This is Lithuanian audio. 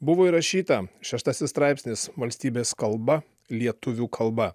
buvo įrašyta šeštasis straipsnis valstybės kalba lietuvių kalba